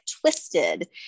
twisted